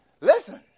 Listen